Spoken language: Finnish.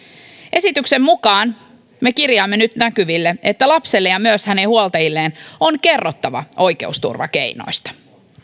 esityksen mukaan me kirjaamme nyt näkyville että lapselle ja myös hänen huoltajilleen on kerrottava oikeusturvakeinoista